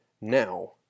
now